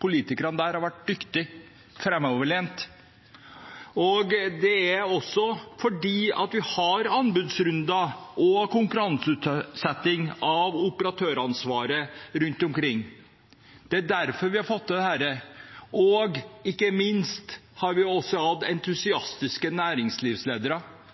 Politikerne der har vært dyktige og framoverlente. Det har også skjedd fordi det er anbudsrunder og konkurranseutsetting av operatøransvaret rundt omkring. Det er derfor vi har fått til dette. Ikke minst har vi også hatt entusiastiske næringslivsledere